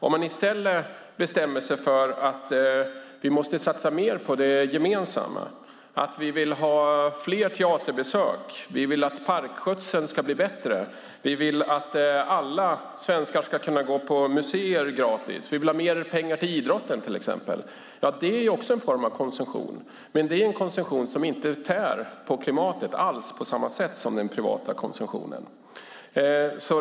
Om man i stället bestämmer sig för att vi måste satsa mer på det gemensamma, att vi vill ha fler teaterbesök, att vi vill att parkskötseln ska bli bättre, att vi vill att alla svenskar ska kunna gå på museer gratis och att vi vill ha mer pengar till idrotten till exempel, är det också en form av konsumtion. Men det är en konsumtion som inte alls tär på klimatet på samma sätt som den privata konsumtionen.